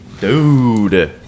Dude